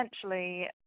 essentially